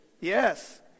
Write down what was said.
Yes